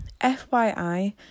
FYI